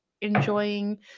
enjoying